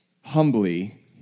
humbly